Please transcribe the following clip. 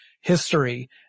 history